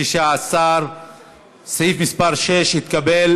16. סעיף מס' 6 התקבל,